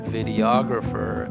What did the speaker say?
Videographer